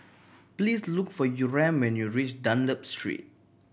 please look for Yurem when you reach Dunlop Street